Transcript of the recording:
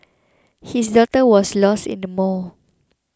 his daughter was lost in the mall